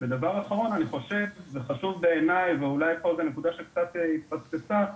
דבר אחרון, אולי זו נקודה שקצת התפספסה: